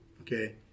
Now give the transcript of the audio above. Okay